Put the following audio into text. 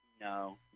No